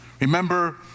Remember